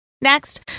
Next